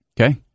Okay